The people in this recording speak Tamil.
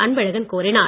அன்பழகன் கோரினார்